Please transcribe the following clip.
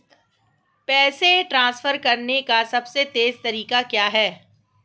पैसे ट्रांसफर करने का सबसे तेज़ तरीका क्या है?